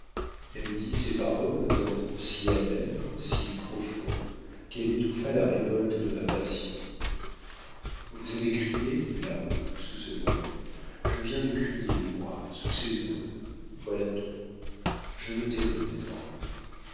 elle dit ces paroles d'un ton si amer si profond qu'elle étouffa la révolte de ma passion vous avez crié là-haut sous ce noyer je viens de crier moi sous ces aulnes voilà tout je me tairai désormais